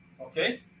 okay